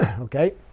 Okay